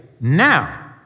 now